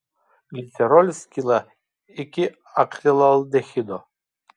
glicerolis skyla iki akrilaldehido